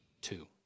Two